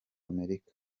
amerika